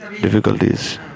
difficulties